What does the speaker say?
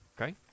Okay